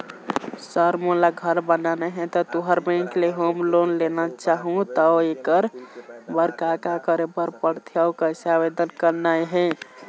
Sir मोला घर बनाना हे ता तुंहर बैंक ले होम लोन लेना चाहूँ ता एकर बर का का करे बर पड़थे अउ कइसे आवेदन करना हे?